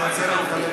מירב, נו.